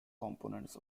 components